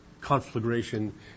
conflagration